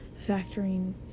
factoring